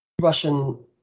Russian